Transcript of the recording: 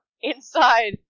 inside